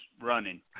running